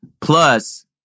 plus